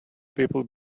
people